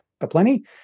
aplenty